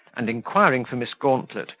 and inquiring for miss gauntlet,